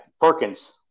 Perkins